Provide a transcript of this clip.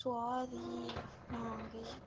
सुआद ही ना किश